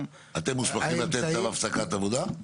-- אתם מוסמכים לתת צו להפסקת עבודה?